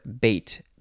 bait